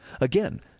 Again